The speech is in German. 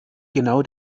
genau